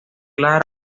claras